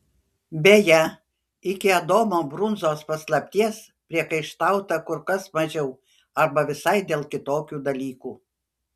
beje iki adomo brunzos paslapties priekaištauta kur kas mažiau arba visai dėl kitokių dalykų